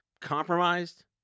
compromised